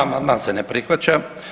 Amandman se ne prihvaća.